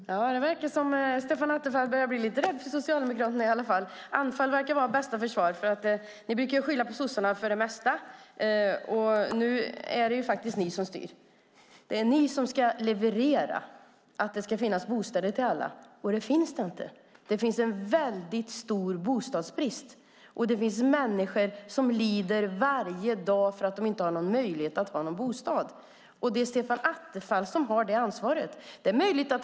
Herr talman! Det verkar som att Stefan Attefall börjar bli lite rädd för Socialdemokraterna. Anfall tycks vara bästa försvar. Ni brukar skylla på sossarna för det mesta, men det är faktiskt ni som styr. Det är ni som ska se till att det finns bostäder till alla, och det finns det inte. Det råder stor bostadsbrist, och det finns människor som lider varje dag för att de inte har en bostad. Det är Stefan Attefalls ansvar.